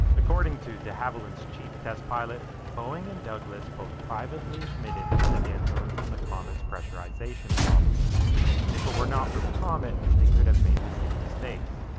according to de havilland's chief test pilot, boeing and douglas both privately admitted that they had learned from the comets pressurization problems. and if it were not for the comet, they could have made the same mistakes.